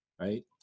right